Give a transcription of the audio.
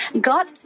God